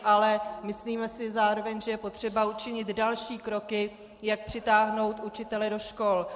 Ale myslíme si zároveň, že je potřeba učinit další kroky, jak přitáhnout učitele do škol.